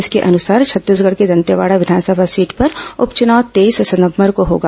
इसके अनुसार छत्तीसगढ़ के दंतेवाड़ा विघानसभा सीट पर उप चुनाव ं तेईस सितंबर को होगा